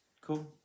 Cool